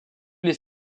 les